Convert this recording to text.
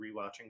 rewatching